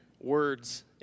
words